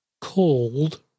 called